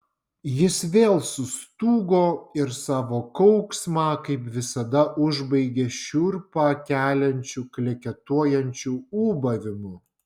jis vėl sustūgo ir savo kauksmą kaip visada užbaigė šiurpą keliančiu kleketuojančiu ūbavimu